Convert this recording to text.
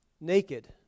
Naked